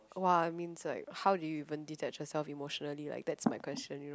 !wah! it means like how do you even detach yourself emotionally like that's my question you know